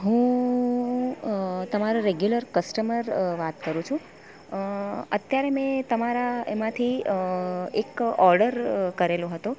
હું તમારાં regular customer વાત કરું છું અત્યારે મેં તમારાં એમાંથી એક ઓર્ડર કરેલો હતો